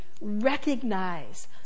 recognize